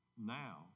now